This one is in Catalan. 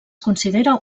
considera